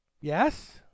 Yes